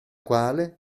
quale